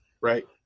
right